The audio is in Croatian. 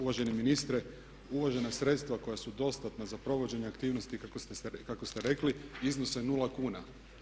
Uvaženi ministre uložena sredstva koja su dostatna za provođenje aktivnosti kako ste rekli iznose 0 kuna.